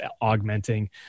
augmenting